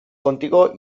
contigo